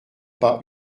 pas